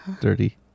dirty